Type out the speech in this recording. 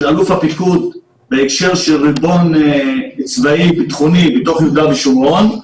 אלוף הפיקוד בהקשר של ריבון צבאי-ביטחוני בתוך יהודה ושומרון.